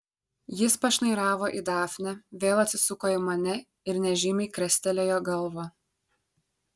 jis pašnairavo į dafnę vėl atsisuko į mane ir nežymiai krestelėjo galva